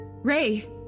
Ray